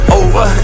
over